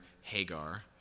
Hagar